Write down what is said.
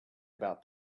about